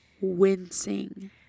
wincing